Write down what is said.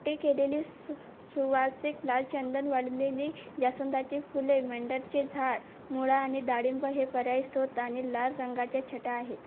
भुकटी केलेले सु सुवासिक लाल चंदन वाळलेली जास्वंदाची फुले मेंडरचे झाड मुळा आणि डाळिंब हे पर्यायी स्रोत आणि लाल रंगाच्या छटा आहेत